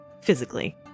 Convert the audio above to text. physically